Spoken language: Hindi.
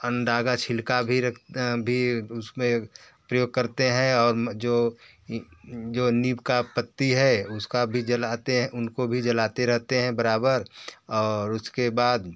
अंडे का छिल्का भी भी उस में प्रयोग करते हैं और म जो जो नीम का पत्ता है उसका भी जलाते हैं उनको भी जलाते रहते हैं बराबर और उसके बाद